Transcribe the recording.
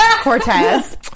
cortez